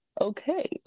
okay